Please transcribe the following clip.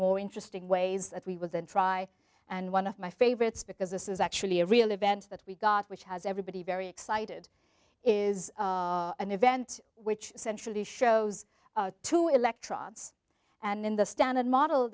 more interesting ways that we will then try and one of my favorites because this is actually a real event that we got which has everybody very excited is an event which essentially shows two electrons and in the standard model